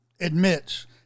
admits